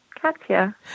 Katya